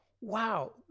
Wow